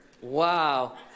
Wow